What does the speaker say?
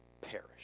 perish